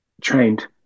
trained